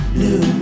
new